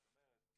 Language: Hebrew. זאת אומרת,